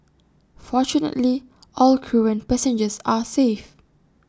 fortunately all crew and passengers are safe